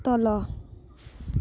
तल